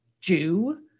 Jew